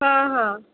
ହଁ ହଁ